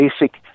basic